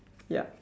ya